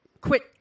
quit